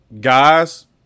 guys